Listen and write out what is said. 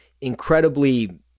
incredibly